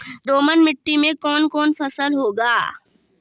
दोमट मिट्टी मे कौन कौन फसल होगा?